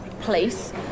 place